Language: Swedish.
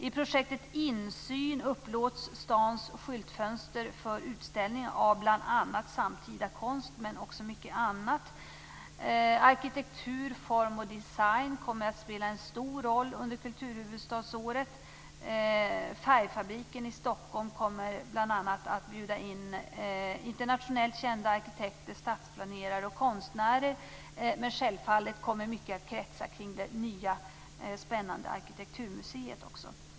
I projektet Insyn upplåts stadens skyltfönster för utställning av bl.a. samtida konst men också mycket annat. Arkitektur, form och design kommer att spela en stor roll under kulturhuvudstadsåret. Färgfabriken i Stockholm kommer bl.a. att bjuda in internationellt kända arkitekter, stadsplanerare och konstnärer, men självfallet kommer också mycket att kretsa kring det nya spännande arkitekturmuseet.